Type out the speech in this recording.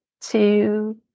two